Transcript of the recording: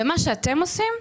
ומה שאתם עושים,